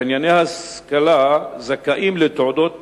בענייני השכלה, זכאים לתעודות